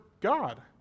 god